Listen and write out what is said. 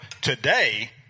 today